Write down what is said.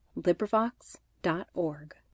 LibriVox.org